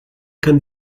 can